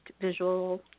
visual